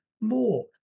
more